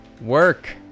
work